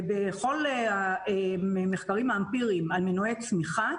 ובכל המחקרים האמפיריים על מנועי צמיחה,